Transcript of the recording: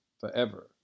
forever